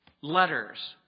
letters